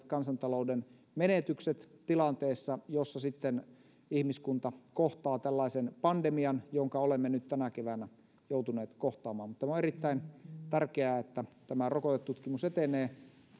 kansantalouden menetykset tilanteessa jossa ihmiskunta kohtaa tällaisen pandemian jonka olemme nyt tänä keväänä joutuneet kohtaamaan tämä on erittäin tärkeää että tämä rokotus etenee